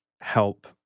help